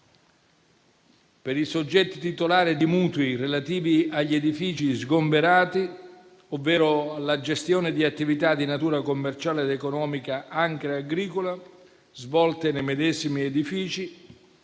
per i soggetti titolari di mutui relativi agli edifici sgomberati ovvero alla gestione di attività di natura commerciale ed economica, anche agricola, svolte nei medesimi edifici,